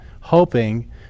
hoping